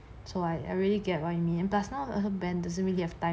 so I I really get what you mean and plus now ben doesn't really have time